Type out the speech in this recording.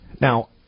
Now